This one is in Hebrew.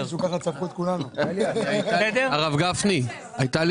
הייתה לי